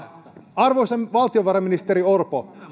arvoisa valtiovarainministeri orpo